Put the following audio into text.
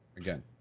Again